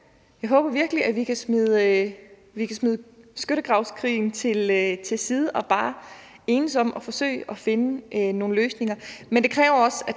Jeg håber virkelig, at vi kan smide skyttegravskrigen til side og bare enes om at forsøge at finde nogle løsninger,